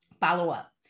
follow-up